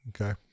Okay